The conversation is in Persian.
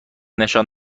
نشان